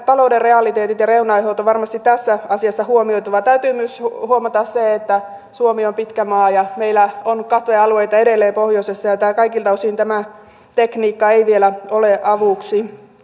talouden realiteetit ja reunaehdot on varmasti tässä asiassa huomioitava täytyy myös huomata se että suomi on pitkä maa ja meillä on edelleen katvealueita pohjoisessa ja ja kaikilta osin tämä tekniikka ei vielä ole avuksi